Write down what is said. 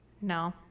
No